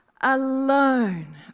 alone